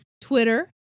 Twitter